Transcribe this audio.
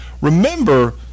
Remember